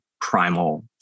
primal